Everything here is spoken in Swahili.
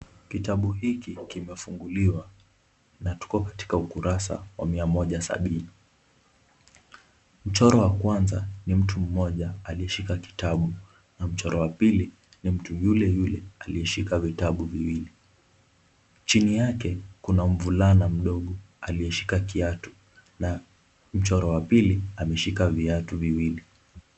Kitabu hiki kimefunguliwa na tuko katika ukurasa wa mia moja sabini. Mchoro wa kwanza ni mtu mmoja aliyeshika kitabu na mchoro wa pili ni mtu yule yule aliyeshika vitabu viwili. Chini yake kuna mvulana mdogo aliyeshika kiatu na mchoro wa pili ameshika viatu viwili.